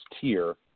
tier